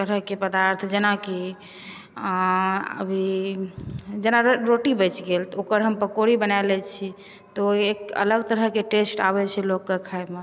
तरहके पदार्थ जेनाकि अभी जेना रोटी बचि गेल तऽ ओकर हम पकौड़ी बना लै छी तऽ ओ एक अलग तरहके टेस्ट आबै छै लोकके खायमे